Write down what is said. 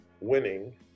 winning